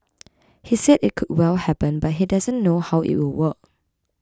he said it could well happen but he doesn't know how it will work